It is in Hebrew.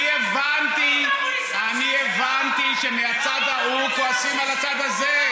אני הבנתי שמהצד ההוא כועסים על הצד הזה.